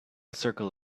circle